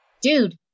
dude